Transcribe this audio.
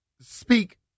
speak